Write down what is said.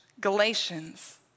Galatians